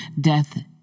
death